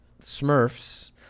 Smurfs